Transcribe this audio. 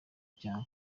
cya